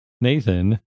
Nathan